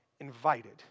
invited